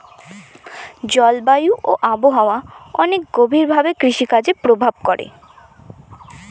জলবায়ু আর আবহাওয়া অনেক গভীর ভাবে কৃষিকাজে প্রভাব করে